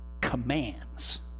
Commands